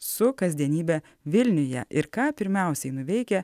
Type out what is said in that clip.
su kasdienybe vilniuje ir ką pirmiausiai nuveikia